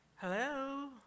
Hello